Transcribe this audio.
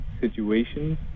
situations